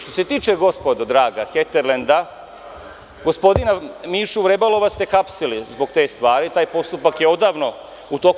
Što se tiče gospodo draga, „Heterlenda“, gospodina Mišu Vrebala ste hapsili zbog te stvari, taj postupak je odavno u toku.